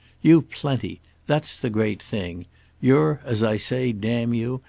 you've plenty that's the great thing you're, as i say, damn you,